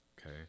Okay